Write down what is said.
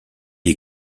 est